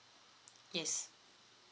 yes